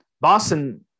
Boston